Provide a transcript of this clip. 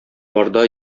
барда